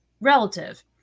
relative